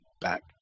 Back